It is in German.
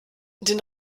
den